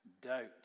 doubt